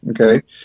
okay